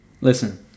listen